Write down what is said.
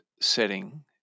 setting